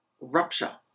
rupture